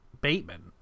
Bateman